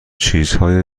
چیزهای